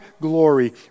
glory